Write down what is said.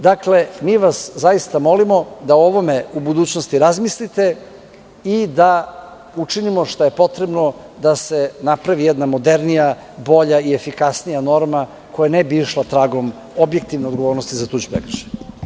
Dakle, mi vas zaista molimo dao ovome u budućnosti razmislite i da učinimo šta je potrebno da se napravi jedna modernija, bolja i efikasnija norma, koja ne bi išla tragom objektivne odgovornosti za tuđi prekršaj.